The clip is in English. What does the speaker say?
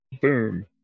Boom